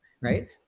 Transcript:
right